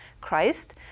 Christ